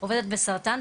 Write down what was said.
עובדת ב-׳חלאסרטן׳,